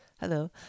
hello